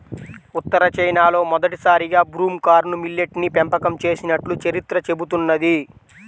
ఉత్తర చైనాలో మొదటిసారిగా broom corn millet ని పెంపకం చేసినట్లు చరిత్ర చెబుతున్నది